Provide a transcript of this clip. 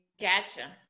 Gotcha